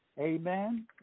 Amen